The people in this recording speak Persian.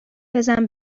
بزن